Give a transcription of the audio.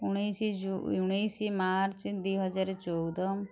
ଉଣେଇଶି ଜୁ ଉଣେଇଶି ମାର୍ଚ୍ଚ ଦୁଇହଜାର ଚଉଦ